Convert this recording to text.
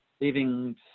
leaving